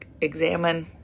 examine